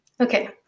Okay